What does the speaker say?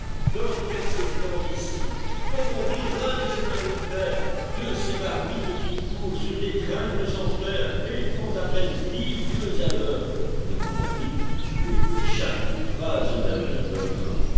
dans quelque temps d'ici comme on rira des chemins de fer de ces marmites qui courent sur des tringles en fer et font à peine dix lieues à l'heure et mon ami ponctuait chaque phrase d'un verre de vin